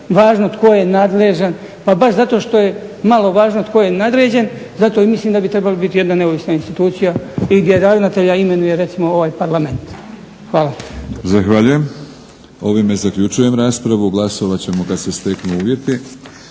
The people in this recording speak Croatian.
važno tko je nadležan, pa baš zato što je malo važno tko je nadređen. Zato i mislim da bi trebali biti jedna neovisna institucija i gdje ravnatelja imenuje recimo ovaj Parlament. Hvala. **Batinić, Milorad (HNS)** Zahvaljujem. Ovime zaključujem raspravu. Glasovat ćemo kad se steknu uvjeti.